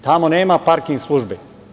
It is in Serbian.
Tamo nema parking službe.